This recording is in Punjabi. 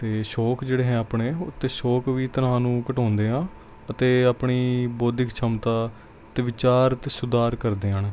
ਅਤੇ ਸ਼ੌਕ ਜਿਹੜੇ ਹੈ ਆਪਣੇ ਉਹ ਉੱਤੇ ਸ਼ੌਕ ਵੀ ਤਣਾਓ ਨੂੰ ਘਟਾਉਂਦੇ ਆ ਅਤੇ ਆਪਣੀ ਬੌਧਿਕ ਸ਼ਮਤਾ ਅਤੇ ਵਿਚਾਰ ਅਤੇ ਸੁਧਾਰ ਕਰਦੇ ਹਨ